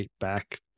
back